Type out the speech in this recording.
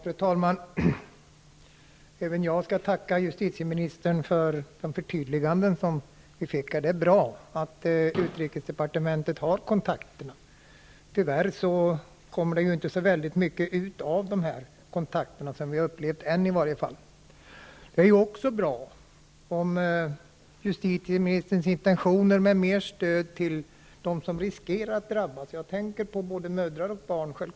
Fru talman! Även jag vill tacka justitieministern för det förtydliganden som vi här fick. Det är bra att utrikesdepartementet har dessa kontakter. Tyvärr får man inte så mycket ut av de kontakterna, åtminstone inte vad vi hittills har upplevt. Justitieministerns intentioner om mer stöd till dem som riskerar att drabbas är bra. Jag tänker självfallet på både mödrar och barn.